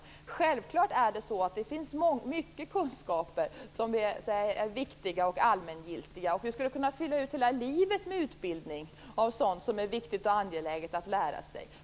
Det är självklart att det finns mycket kunskaper som är viktiga och allmängiltiga. Vi skulle kunna fylla ut hela livet med utbildning i sådant som är viktigt och angeläget att lära sig.